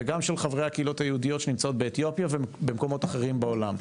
וגם של חברי הקהילות היהודיות שנמצאות באתיופיה ובמקומות אחרות בעולם,